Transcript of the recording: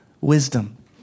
Wisdom